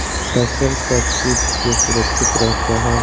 फसल का चीज से सुरक्षित रहता है?